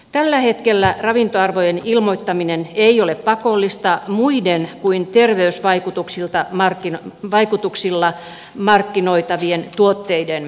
tällä hetkellä ravintoarvojen ilmoittaminen ei ole pakollista muiden kuin terveysvaikutuksilla markkinoitavien tuotteiden osalta